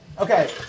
Okay